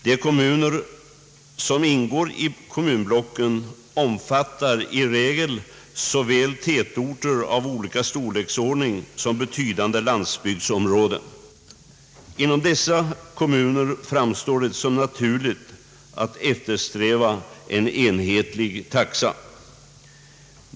De kommuner som ingår i kommunblocken omfattar i regel såväl tätorter av olika storleksordning som betydande landsbygdsområden. Inom dessa kommuner framstår det som naturligt att eftersträva en enhetlig taxa.